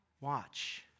Watch